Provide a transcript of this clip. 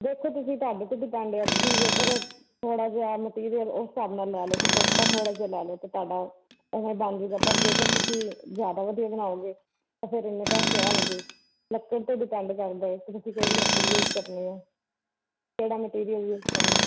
ਦੇਖੋ ਤੁਸੀਂ ਤੁਹਾਡੇ 'ਤੇ ਡਿਪੈਂਡ ਆ ਤੁਸੀਂ ਜੇਕਰ ਥੋੜ੍ਹਾ ਜਿਹਾ ਮਟੀਰੀਅਲ ਉਸ ਹਿਸਾਬ ਨਾਲ ਲਾ ਲਓ ਜੇ ਸਸਤਾ ਥੋੜ੍ਹਾ ਜਿਹਾ ਲਾ ਲਓ ਤਾਂ ਤੁਹਾਡਾ ਐਵੇਂ ਬਣ ਜਾਵੇਗਾ ਪਰ ਜੇਕਰ ਤੁਸੀਂ ਜ਼ਿਆਦਾ ਵਧੀਆ ਬਣਾਓਗੇ ਲੱਕੜ 'ਤੇ ਡਿਪੈਂਡ ਕਰਦੇ ਆ ਤੁਸੀਂ ਕਿਹੜੀ ਲੱਕੜ ਯੂਜ ਕਰਨੀ ਆ ਕਿਹੜਾ ਮਟੀਰੀਅਲ ਯੂਜ ਕਰਨਾ